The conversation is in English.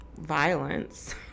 violence